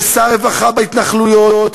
ושר רווחה בהתנחלויות,